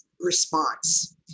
response